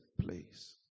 place